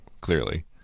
clearly